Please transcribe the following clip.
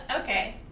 Okay